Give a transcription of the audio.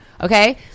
Okay